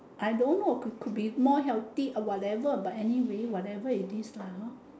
I don't know could be more healthy whatever but anyway whatever it is lah know